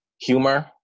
Humor